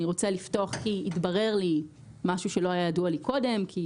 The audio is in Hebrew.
אני רוצה לפתוח כי התברר לי משהו שלא היה ידוע לי קודם לכן,